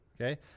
okay